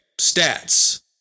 stats